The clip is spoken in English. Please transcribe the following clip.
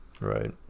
Right